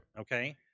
Okay